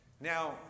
Now